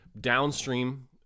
downstream